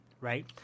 right